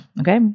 Okay